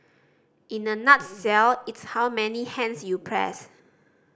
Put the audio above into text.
in a nutshell it's how many hands you press